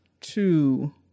two